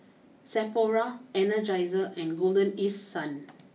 Sephora Energizer and Golden East Sun